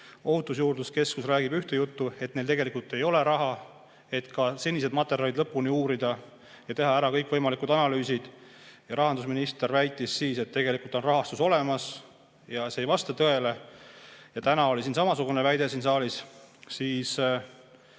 Ohutusjuurdluse Keskus räägib ühte juttu, et neil ei ole raha, et senised materjalid lõpuni uurida ja teha ära kõikvõimalikud analüüsid. Rahandusminister väitis siis, et tegelikult on rahastus olemas ja see jutt ei vasta tõele. Täna oli samasugune väide siin saalis.